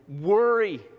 worry